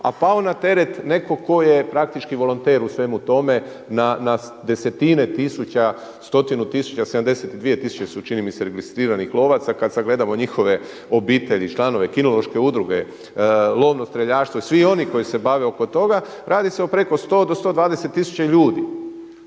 a pao na teret netko tko je praktički volonter u svemu tome na desetine tisuća, stotinu tisuća, 72 tisuće čini mi se registriranih lovaca, kada sagledamo njihove obitelji, članove, kinološke udruge, lovno streljaštvo i svi oni koji se bave oko toga, radi se o preko 100 do 120 tisuća ljudi.